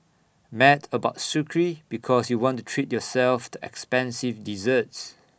mad about Sucre because you want to treat yourself to expensive desserts